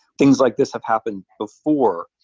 things like this have happened before.